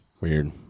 Weird